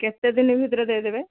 କେତେ ଦିନ ଭିତରେ ଦେଇ ଦେବେ